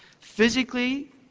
physically